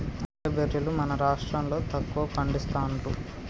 acai బెర్రీలు మన రాష్టం లో తక్కువ పండిస్తాండ్లు